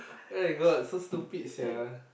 [oh]-my-god so stupid sia